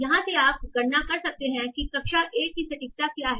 यहां से आप गणना कर सकते हैं कि कक्षा 1 की सटीकता क्या है